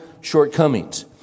shortcomings